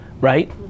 Right